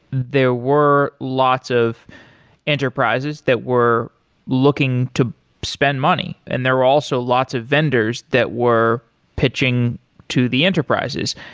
there were lots of enterprises that were looking to spend money and there are also lots of vendors that were pitching to the enterprises.